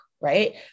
right